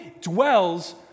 dwells